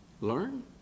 learn